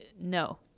no